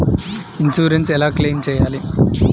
Insurance ఎలా claim చేయాలి?